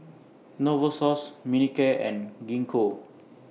Novosource Manicare and Gingko